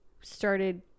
started